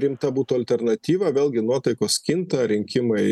rimta būtų alternatyva vėlgi nuotaikos kinta rinkimai